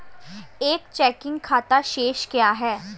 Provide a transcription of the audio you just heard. एक चेकिंग खाता शेष क्या है?